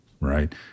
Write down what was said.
right